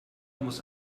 muss